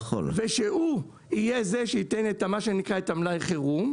ושהוא יהיה זה שייתן את מה שנקרא את המלאי חירום,